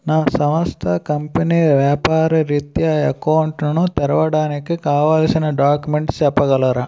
నా సంస్థ కంపెనీ వ్యాపార రిత్య అకౌంట్ ను తెరవడానికి కావాల్సిన డాక్యుమెంట్స్ చెప్పగలరా?